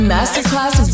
Masterclass